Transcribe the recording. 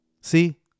See